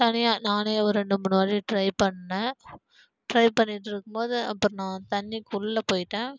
தனியாக நானே ஒரு ரெண்டு மூணு வாட்டி டிரை பண்ணேன் டிரை பண்ணிட்டு இருக்கும்போது அப்புறம் நான் தண்ணிக்குள்ளே போய்விட்டேன்